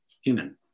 human